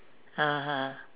(uh huh)